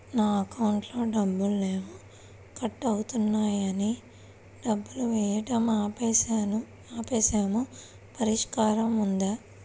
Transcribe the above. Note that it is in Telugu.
నా అకౌంట్లో డబ్బులు లేవు కట్ అవుతున్నాయని డబ్బులు వేయటం ఆపేసాము పరిష్కారం ఉందా?